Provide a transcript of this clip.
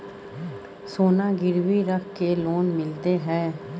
सोना गिरवी रख के लोन मिलते है?